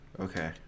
Okay